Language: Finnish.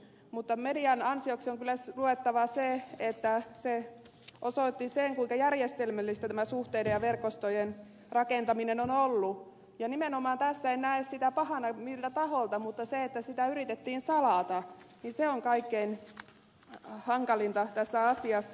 mutta median ansioksi on kyllä luettava se että se osoitti sen kuinka järjestelmällistä tämä suhteiden ja verkostojen rakentaminen on ollut ja nimenomaan tässä en näe sitä pahana miltä taholta mutta se että sitä yritettiin salata on kaikkein hankalinta tässä asiassa